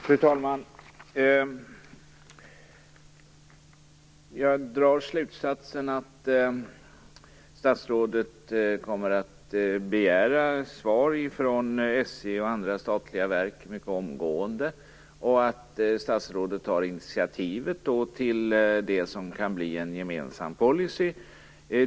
Fru talman! Jag drar slutsatsen att statsrådet omgående kommer att begära svar från SJ och andra statliga verk, och att statsrådet tar initiativet till det som kan bli en gemensam policy.